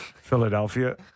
Philadelphia